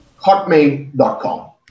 hotmail.com